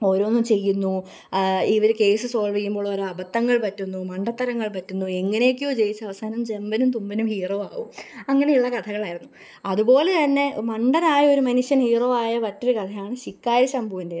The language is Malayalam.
ഓരോന്നും ചെയ്യുന്നു ഇവർ കേസ് സോള്വ് ചെയ്യുമ്പോൾ ഓരോ അബദ്ധങ്ങള് പറ്റുന്നു മണ്ടത്തരങ്ങള് പറ്റുന്നു എങ്ങനെയെക്കെയോ ജയിച്ചു അവസാനം ജമ്പനും തുമ്പനും ഹീറോ ആവും അങ്ങനെയുള്ള കഥകളായിരുന്നു അതുപോലെ തന്നെ മണ്ടനായൊരു മനുഷ്യന് ഹീറോ ആയ മറ്റൊരു കഥയാണ് ശിക്കാരി ശംഭുവിൻ്റേത്